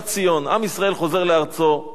שיבת ציון, עם ישראל חוזר לארצו,